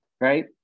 right